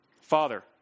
Father